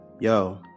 Yo